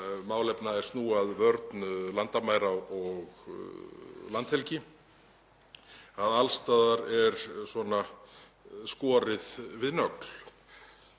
málefna er snúa að vörn landamæra og landhelgi, alls staðar er skorið við nögl.